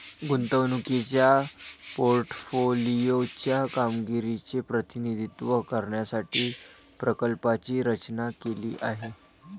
गुंतवणुकीच्या पोर्टफोलिओ च्या कामगिरीचे प्रतिनिधित्व करण्यासाठी प्रकल्पाची रचना केली आहे